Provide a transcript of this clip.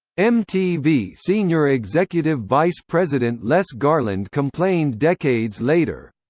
mtv senior executive vice president les garland complained decades later,